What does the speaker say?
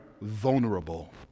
vulnerable